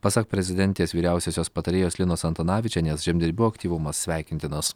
pasak prezidentės vyriausiosios patarėjos linos antanavičienės žemdirbių aktyvumas sveikintinas